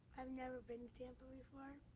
i've never been tampa before,